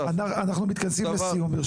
אנחנו מתכנסים לסיום.